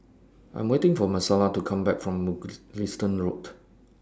I Am waiting For Marcela to Come Back from Mugliston Road